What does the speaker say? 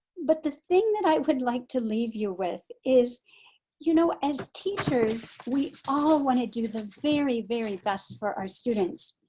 but the thing that i would like to leave you with is you know as teachers, we all wanna do the very very best for our students.